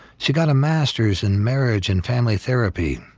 she got a masters in marriage and family therapy,